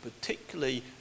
particularly